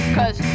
Cause